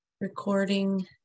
recording